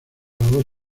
los